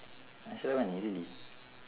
extra money really